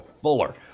fuller